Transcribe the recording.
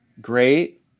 great